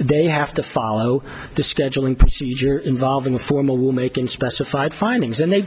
they have to follow the scheduling procedure involving formal making specified findings and they've